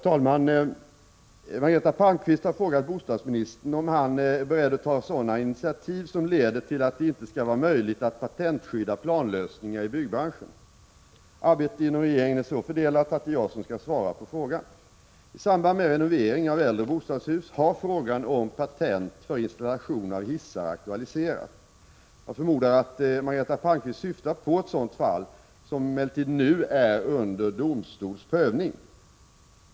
Herr talman! Margareta Palmqvist har frågat bostadsministern om han är beredd att ta sådana initiativ som leder till att det inte skall vara möjligt att patentskydda planlösningar i byggbranschen. Arbetet inom regeringen är så fördelat att det är jag som skall svara på frågan. I samband med renovering av äldre bostadshus har frågan om patent för installationer av hissar aktualiserats. Jag förmodar att Margareta Palmqvist syftar på ett sådant fall, som emellertid nu är under domstolsprövning.